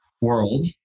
world